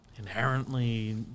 Inherently